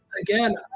again